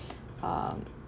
um